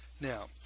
Now